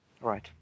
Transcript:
Right